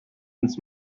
ins